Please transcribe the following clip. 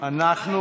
בעד, 39, נגד, אחד.